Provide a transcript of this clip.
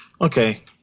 Okay